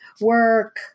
work